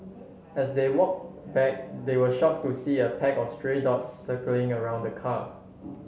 as they walk back they were shock to see a pack of stray dogs circling around the car